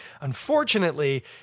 Unfortunately